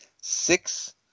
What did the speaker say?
six